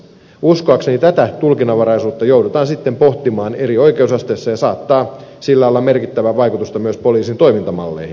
uskoakseni tätä tulkinnanvaraisuutta joudutaan sitten pohtimaan eri oikeusasteissa ja saattaa sillä olla merkittävää vaikutusta myös poliisin toimintamalleihin